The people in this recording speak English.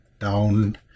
down